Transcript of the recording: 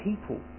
people